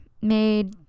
made